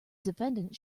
defendant